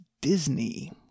Disney